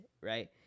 right